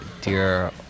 dear